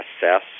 assess